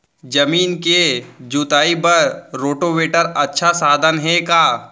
जमीन के जुताई बर रोटोवेटर अच्छा साधन हे का?